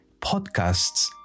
podcasts